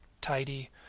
tidy